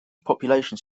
population